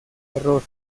error